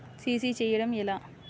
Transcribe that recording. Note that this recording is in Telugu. సి.సి చేయడము ఎలా?